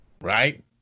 Right